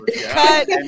cut